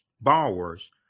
borrowers